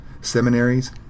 Seminaries